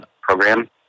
program